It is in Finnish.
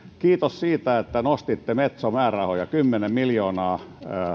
kiitos siitä että nostitte metso määrärahoja kymmenen miljoonaa